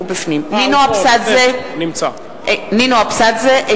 (קוראת בשמות חברי הכנסת) נינו אבסדזה,